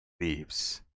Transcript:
leaves